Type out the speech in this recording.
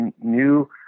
new